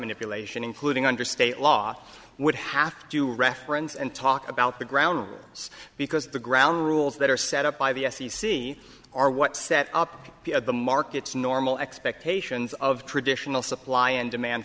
manipulation including under state law would have to reference and talk about the ground because the ground rules that are set up by the f c c are what set up the markets normal expectations of traditional supply and demand